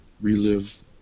relive